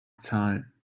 zahlen